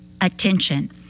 attention